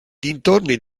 dintorni